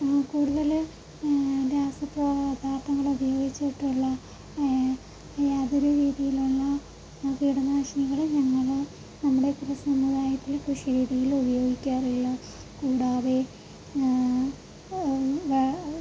കൂടുതൽ രാസപദാർത്ഥങ്ങൾ ഉപയോഗിച്ചിട്ടുള്ള യാതൊരു രീതിയിലുള്ള കീടനാശിനികളും ഞങ്ങൾ നമ്മുടെ കൃഷി സമുദായത്തിൽ കൃഷിരീതിയിൽ ഉപയോഗിക്കാറില്ല കൂടാതെ